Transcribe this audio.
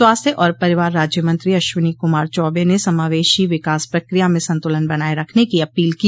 स्वास्थ्य और परिवार राज्यमंत्री अश्विनी क्रमार चौबे ने समावेशी विकास प्रक्रिया में संतुलन बनाये रखने की अपील की